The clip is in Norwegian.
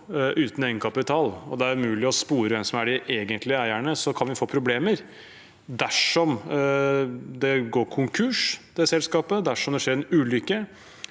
uten egenkapital og det er umulig å spore hvem som er de egentlige eierne, kan vi få problemer dersom selskapet går konkurs, dersom det skjer en ulykke,